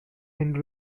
and